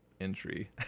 entry